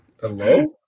Hello